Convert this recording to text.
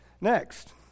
Next